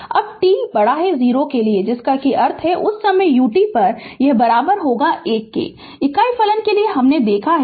अब t से बड़ा 0 के लिए जिसका अर्थ है कि उस समय ut 1 इकाई फलन के लिए हमने देखा है